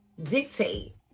dictate